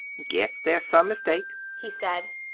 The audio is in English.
guess there's some mistake, he said.